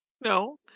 No